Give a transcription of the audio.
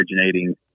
originating